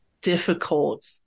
difficult